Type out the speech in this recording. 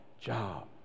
job